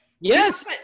Yes